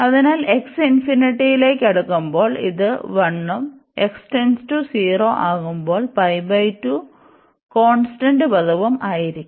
അതിനാൽ x ഇൻഫിനിറ്റിയിലേക്ക് അടുക്കുമ്പോൾ ഇത് 1 ഉം x → 0 ആകുമ്പോൾ കോൺസ്റ്റന്റ് പദവും ആയിരിക്കും